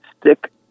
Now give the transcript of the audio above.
stick